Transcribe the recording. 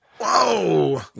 Whoa